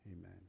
Amen